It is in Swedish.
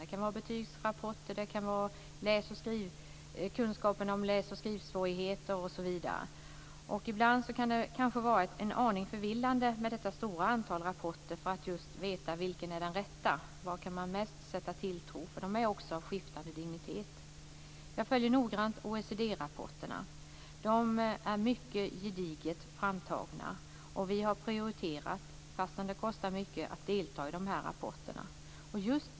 Det kan vara betygsrapporter, det kan vara kunskaper om läs och skrivsvårigheter osv. Ibland kan det vara aningen förvillande med den stora mängden rapporter för att veta till vilken man skall sätta mest tilltro. De är av skiftande dignitet. Jag följer noggrant OECD-rapporterna. De är mycket gediget framtagna. Vi har prioriterat att få delta i de rapporterna - fastän de kostar mycket.